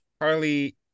Harley